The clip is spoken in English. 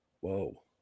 whoa